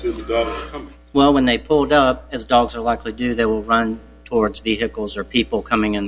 very well when they pulled up as dogs are likely do they will run towards vehicles or people coming in